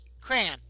Cran